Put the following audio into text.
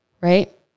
Right